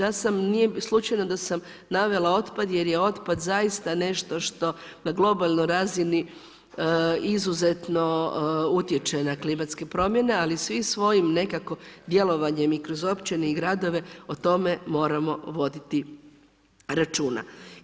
Ja sam, nije slučajno da sam navela otpad jer je otpad zaista nešto što na globalnoj razini izuzetno utječe na klimatske promjene ali svi svojim nekako djelovanjem i kroz općine i gradove o tome moramo voditi računa.